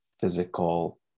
physical